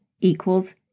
equals